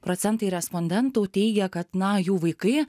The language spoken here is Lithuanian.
procentai respondentų teigia kad na jų vaikai